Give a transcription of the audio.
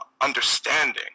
understanding